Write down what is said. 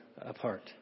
apart